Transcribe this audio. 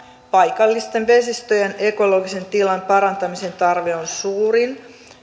paikallisten vesistöjen ekologisen tilan parantamisen tarve on suurin